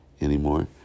anymore